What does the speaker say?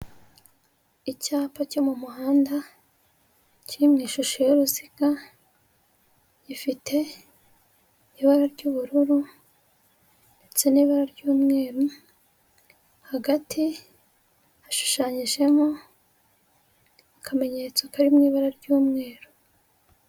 Icyapa cyo mu muhanda kiri mu ishusho y'uruziga, gifite ibara ry'ubururu ndetse n'ibara ry'umweru, hagati hashushanyijemo akamenyetso kari mu ibara ry'umweru.